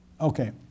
Okay